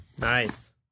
Nice